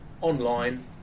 online